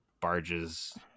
Barges